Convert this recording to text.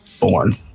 born